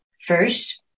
First